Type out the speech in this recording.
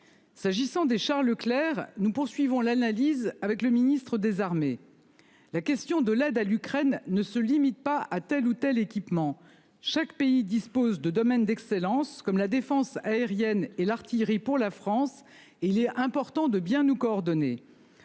S'agissant des chars Leclerc nous poursuivons l'analyse avec le ministre-désarmer la question de l'aide à l'Ukraine ne se limite pas à tel ou tel équipement. Chaque pays dispose de domaines d'excellence comme la défense aérienne et l'artillerie pour la France et il est important de bien nous coordonner.